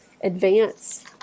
advance